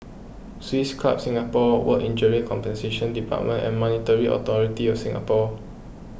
Swiss Club Singapore Work Injury Compensation Department and Monetary Authority of Singapore